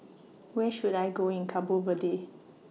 Where should I Go in Cabo Verde